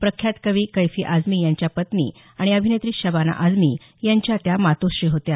प्रख्यात कवी कैफी आजमी यांच्या पत्नी आणि अभिनेत्री शबाना आझमी यांच्या त्या मातोश्री होत्या